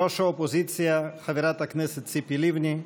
ראש האופוזיציה חברת הכנסת ציפי לבני,